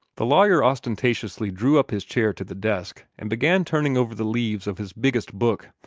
the lawyer ostentatiously drew up his chair to the desk, and began turning over the leaves of his biggest book.